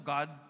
God